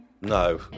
No